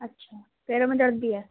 اچھا پیروں میں درد بھی ہے